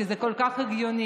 כי זה כל כך הגיוני.